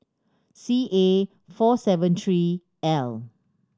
C A four seven three L